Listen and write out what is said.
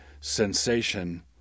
sensation